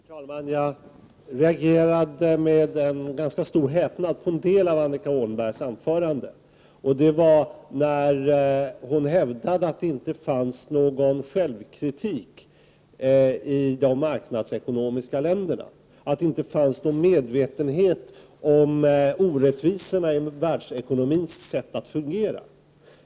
Herr talman! Jag reagerade med ganska stor häpnad på en del av Annika Åhnbergs anförande, och det var när hon hävdade att det inte fanns någon självkritik i de marknadsekonomiska länderna, att det inte fanns någon medvetenhet om orättvisorna i världsekonomins sätt att fungera.